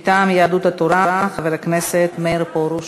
מטעם יהדות התורה, חבר הכנסת מאיר פרוש.